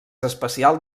especial